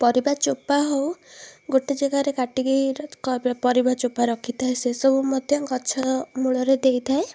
ପରିବା ଚୋପା ହେଉ ଗୋଟେ ଜାଗାରେ କାଟିକି ପରିବା ଚୋପା ରଖିଥାଏ ସେସବୁ ମଧ୍ୟ ଗଛ ମୂଳରେ ଦେଇଥାଏ